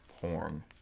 porn